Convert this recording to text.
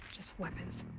just weapons.